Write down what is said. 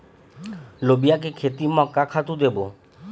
लोबिया के खेती म का खातू देबो?